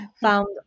found